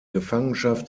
gefangenschaft